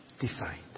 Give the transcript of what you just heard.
defined